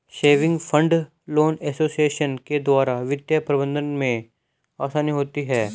saving and loan association के द्वारा वित्तीय प्रबंधन में आसानी होती है